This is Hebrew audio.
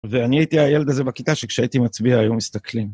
ואני הייתי הילד הזה בכיתה שכשהייתי מצביע היו מסתכלים.